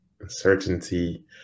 uncertainty